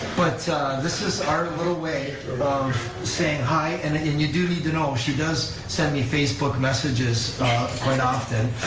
but this is our little way of saying hi, and then, you do need to know, she does send me facebook messages quite often.